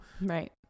right